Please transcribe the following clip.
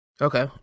Okay